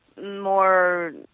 more